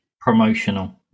promotional